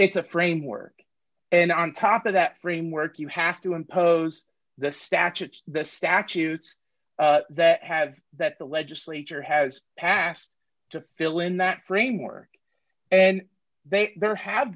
it's a framework and on top of that framework you have to impose the statutes the statutes that have that the legislature has passed to fill in that framework and they there have